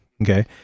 Okay